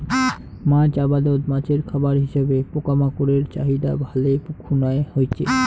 মাছ আবাদত মাছের খাবার হিসাবে পোকামাকড়ের চাহিদা ভালে খুনায় হইচে